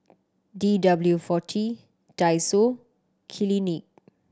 D W forty Daiso Clinique